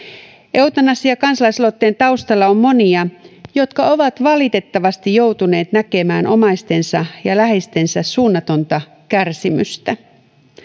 eutanasiakansalaisaloitteen taustalla on monia jotka ovat valitettavasti joutuneet näkemään omaistensa ja läheistensä suunnatonta kärsimystä